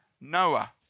Noah